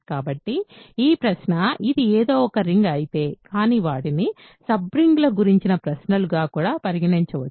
కాబట్టి ఈ ప్రశ్న ఇది ఏదో ఒక రింగ్ అయితే కానీ వాటిని సబ్ రింగ్ల గురించిన ప్రశ్నలుగా కూడా పరిగణించవచ్చు